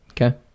Okay